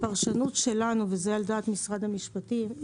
הפרשנות שלנו וזה על דעת משרד המשפטים,